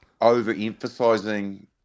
overemphasizing